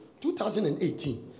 2018